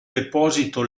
deposito